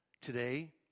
Today